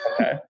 Okay